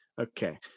Okay